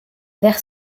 vers